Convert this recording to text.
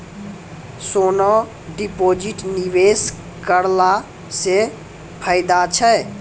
सोना deposit निवेश करला से फैदा छै?